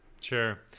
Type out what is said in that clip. sure